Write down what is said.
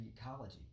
ecology